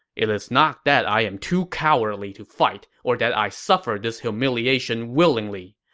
it's not that i am too cowardly to fight or that i suffer this humiliation willingly.